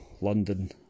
London